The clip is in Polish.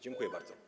Dziękuję bardzo.